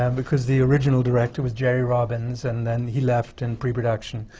um because the original director was jerry robbins and then he left in pre-production.